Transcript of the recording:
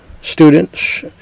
students